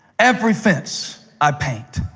every fence i paint,